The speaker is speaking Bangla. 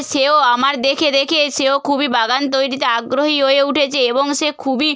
সেও আমার দেখে দেখে সেও খুবই বাগান তৈরিতে আগ্রহী হয়ে উঠেছে এবং সে খুবই